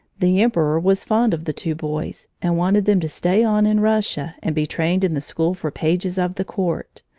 the emperor was fond of the two boys and wanted them to stay on in russia and be trained in the school for pages of the court.